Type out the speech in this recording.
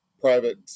private